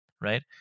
right